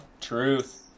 Truth